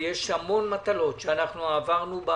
יש המון מטלות שבשבילן